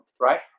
right